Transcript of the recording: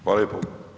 Hvala lijepo.